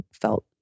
felt